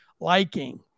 liking